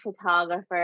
photographer